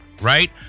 Right